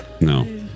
No